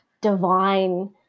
divine